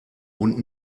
und